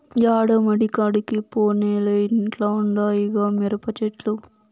యాడో మడికాడికి పోనేలే ఇంట్ల ఉండాయిగా మిరపచెట్లు